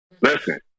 Listen